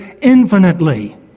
infinitely